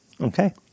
Okay